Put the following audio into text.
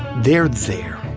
they're there.